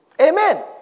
Amen